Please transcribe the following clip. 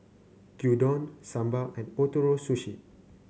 Gyudon Sambar and Ootoro Sushi